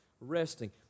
resting